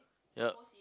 yup